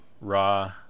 raw